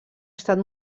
estat